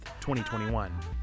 2021